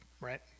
right